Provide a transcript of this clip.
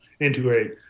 integrate